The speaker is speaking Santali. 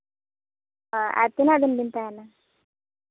ᱚ ᱟᱨ ᱛᱤᱱᱟᱹᱜ ᱫᱤᱱ ᱵᱮᱱ ᱛᱟᱦᱮᱱᱟ